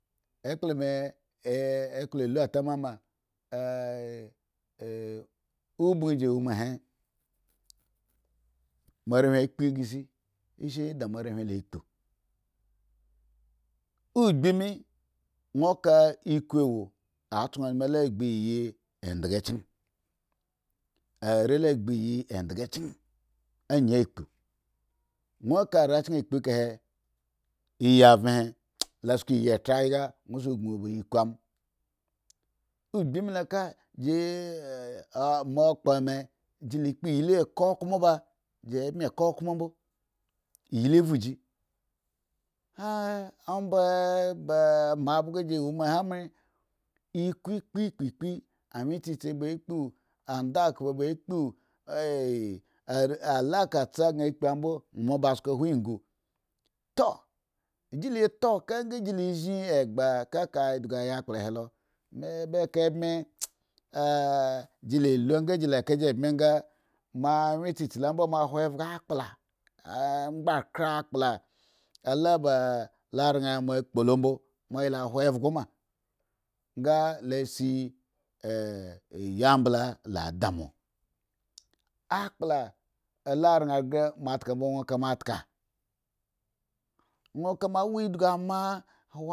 Ekple me oboh ji woma he moarehwin akpughre si shi da mogrehwin ia kpu? Ogbi mi won kalku wo atson numu la iyi endga chen. arela gbo iyi endga chen akp ekahe iyi aven he ñø sko iyi etra ayga won so gon ba iku amo, ogbi milo ji mo okpa me jila kpoiyika okmo ba, jimbi ka okmo mbo iyili kdo ji. omba ba ama obgo ji woma ne amoen iku pourpukur, anwye tsitsi ba kp andakubu ba kpu a le kan tse gan kpu awo mbo me ba cku ba hwo ingu. tuu jila taoka nga jila zhen idigu ega helome jila longeji laka di nobi anga mo annuye tsitsi lo mbo mo hwo evgo a lepla, ohghakre akpla la dran ba wo kpo lo mbo, mo hvo sugo ma ango lu si aya mbla la de mo akpla la ran ghre mo atka mo mo akpla la ran ghre me atka me voh ka mo tka won ka mo wa idiguwa.